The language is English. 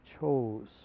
chose